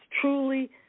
Truly